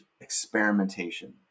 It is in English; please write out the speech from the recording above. experimentation